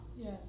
Yes